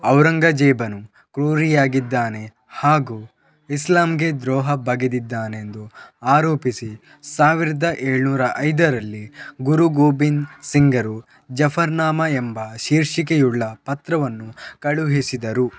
ಔರಂಗಜೇಬನು ಕ್ರೂರಿಯಾಗಿದ್ದಾನೆ ಹಾಗೂ ಇಸ್ಲಾಂಗೆ ದ್ರೋಹ ಬಗೆದಿದ್ದಾನೆಂದು ಆರೋಪಿಸಿ ಸಾವಿರದ ಏಳುನೂರ ಐದರಲ್ಲಿ ಗುರು ಗೋಬಿಂದ್ ಸಿಂಗರು ಜಫರ್ನಾಮಾ ಎಂಬ ಶೀರ್ಷಿಕೆಯುಳ್ಳ ಪತ್ರವನ್ನು ಕಳುಹಿಸಿದರು